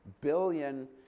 billion